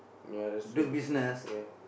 ya that's true ya